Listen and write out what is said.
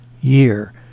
year